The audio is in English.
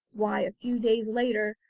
why, a few days later,